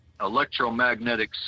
electromagnetic